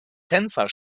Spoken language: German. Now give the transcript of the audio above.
tänzer